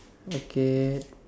okay